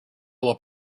nobel